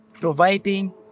providing